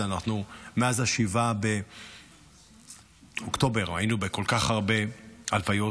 מאז 7 באוקטובר היינו בכל כך הרבה הלוויות,